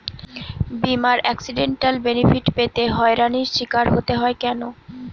বিমার accidental benefit পেতে হয়রানির স্বীকার হতে হয় কেন?